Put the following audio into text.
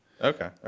Okay